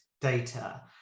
data